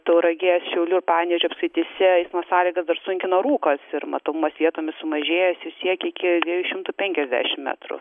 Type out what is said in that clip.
tauragės šiaulių ir panevėžio apskrityse eismo sąlygas dar sunkina rūkas ir matomumas vietomis sumažėjęs ir siekia iki dviejų šimtų penkiasdešim metrų